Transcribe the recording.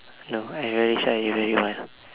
no I very shy you very wild